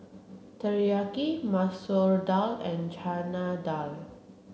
Teriyaki Masoor Dal and Chana Dal